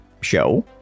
show